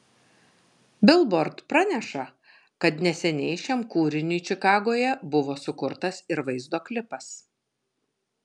bilbord praneša kad neseniai šiam kūriniui čikagoje buvo sukurtas ir vaizdo klipas